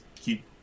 keep